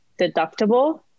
deductible